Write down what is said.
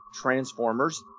Transformers